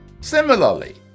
Similarly